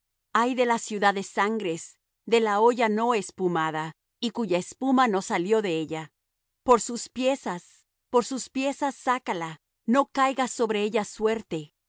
ay de la ciudad de sangres de la olla no espumada y cuya espuma no salió de ella por sus piezas por sus piezas sácala no caiga sobre ella suerte